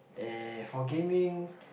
eh for gaming